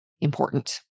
important